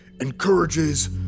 encourages